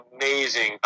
amazing